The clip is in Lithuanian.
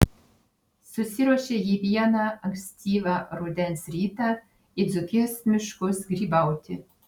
susiruošė ji vieną ankstyvą rudens rytą į dzūkijos miškus grybauti